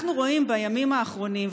אנחנו רואים בימים האחרונים,